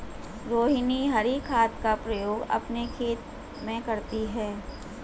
रोहिनी हरी खाद का प्रयोग अपने खेत में करती है